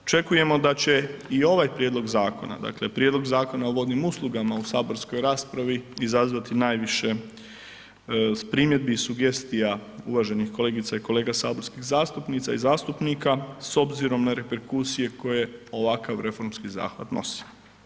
Očekujemo da će i ovaj Prijedlog Zakona, dakle Prijedlog Zakona o vodnim uslugama u saborskoj raspravi izazvati najviše primjedbi i sugestija uvaženih kolegica i kolega saborskih zastupnica i zastupnika s obzirom na reperkusije koje ovakav reformski zahvat nosi.